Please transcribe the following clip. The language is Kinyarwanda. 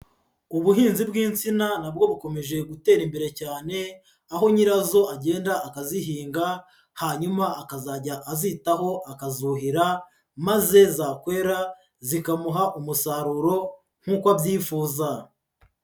Ubuhinzi bw'insina nabwo bukomeje gutera imbere cyane, aho nyirazo agenda akazihinga, hanyuma akazajya azitaho akazuhira, maze zakwera zikamuha umusaruro nk'uko abyifuza.